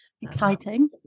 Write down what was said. Exciting